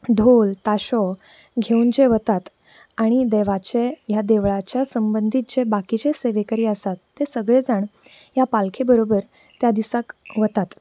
ढोल ताशो घेवून जे वतात आनी देवाचे ह्या देवळाच्या संबदीत जे बाकिचे सेवेकारी आसात ते सगळें जाण ह्या पालखे बरोबर त्या दिसाक वतात